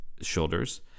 shoulders